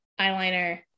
eyeliner